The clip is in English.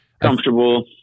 Comfortable